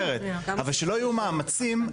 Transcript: אבל שלא יהיו מאמצים,